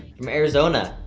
from arizona.